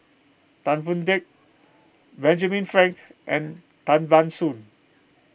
Tan Boon Teik Benjamin Frank and Tan Ban Soon